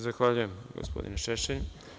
Zahvaljujem, gospodine Šešelj.